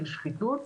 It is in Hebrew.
של שחיתות,